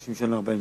30 שנה או 40 שנה,